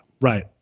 right